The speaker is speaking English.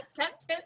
sentence